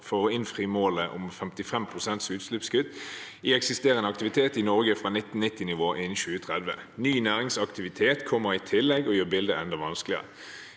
for å innfri målet om 55 pst. utslippskutt i eksisterende aktivitet i Norge fra 1990-nivå innen 2030. Ny næringsaktivitet kommer i tillegg og gjør bildet enda vanskeligere.